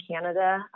Canada